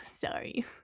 Sorry